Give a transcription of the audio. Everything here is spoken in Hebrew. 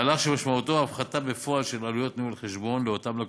מהלך שמשמעותו הפחתה בפועל של עלויות ניהול חשבון לאותם לקוחות.